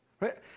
Right